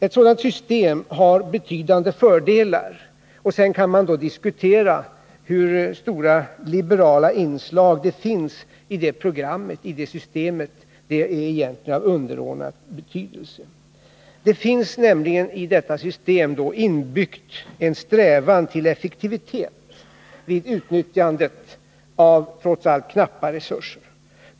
Ett sådant system har betydande fördelar — sedan kan man diskutera hur stora liberala inslag det finns i det systemet, det är egentligen av underordnad betydelse. Det finns nämligen i detta system en strävan till effektivitet inbyggd vid utnyttjandet av trots allt knappa resurser.